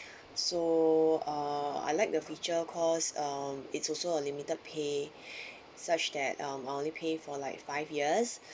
so uh I like the feature because um it's also a limited pay such that um I only pay for like five years